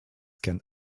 can